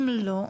אם לא,